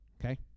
Okay